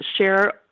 share